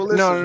no